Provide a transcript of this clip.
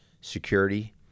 security